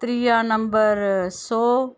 त्रीआ नंबर सौ